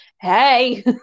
hey